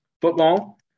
football